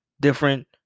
different